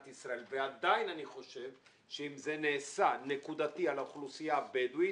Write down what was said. ישראל ועדיין אני חושב שאם זה נעשה נקודתי על האוכלוסייה הבדואית,